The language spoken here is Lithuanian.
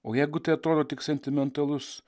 o jeigu tai atrodo tik sentimentalus